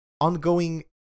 ongoing